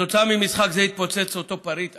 כתוצאה ממשחק זה התפוצץ אותו פריט אמל"ח,